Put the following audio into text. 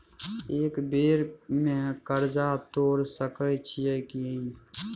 एक बेर में कर्जा तोर सके छियै की?